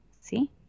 See